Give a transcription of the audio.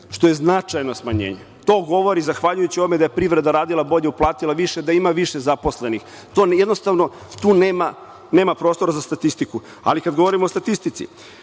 što je značajno smanjenje. To govori zahvaljujući ovome da je privreda radila bolje, uplatila više, da ima više zaposlenih. Tu jednostavno nema prostora za statistiku. Ali, kada govorimo o statistici,